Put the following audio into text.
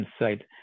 inside